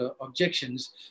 objections